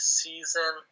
season